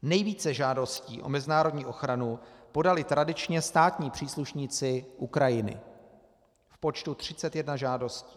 Nejvíce žádostí o mezinárodní ochranu podali tradičně státní příslušníci Ukrajiny v počtu 31 žádostí.